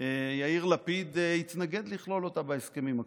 יאיר לפיד התנגד לכלול אותה בהסכמים הקואליציוניים.